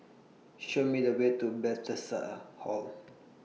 Show Me The Way to Hall